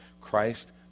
Christ